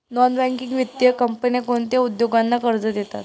Non banking वित्तीय कंपन्या कोणत्या उद्योगांना कर्ज देतात?